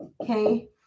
okay